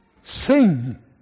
Sing